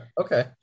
okay